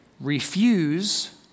Refuse